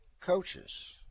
coaches